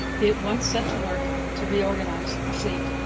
he at once set to work to reorganize the fleet.